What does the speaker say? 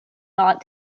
not